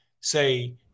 say